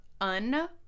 un-